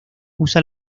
usa